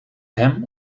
hem